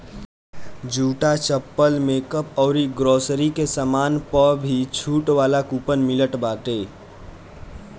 जूता, चप्पल, मेकअप अउरी ग्रोसरी के सामान पअ भी छुट वाला कूपन मिलत बाटे